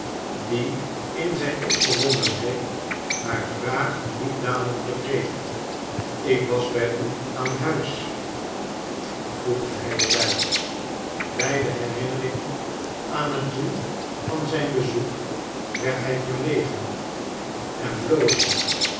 die in zijn opgewondenheid haar vraag niet dadelijk begreep ik was bij u aan huis voegde hij er bij bij de herinnering aan het doel van zijn bezoek werd hij verlegen en bloosde